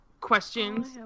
questions